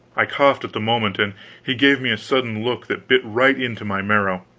i coughed at the moment, and he gave me a sudden look that bit right into my marrow.